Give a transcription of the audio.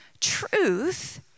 truth